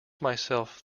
myself